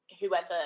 whoever